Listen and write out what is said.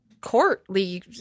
courtly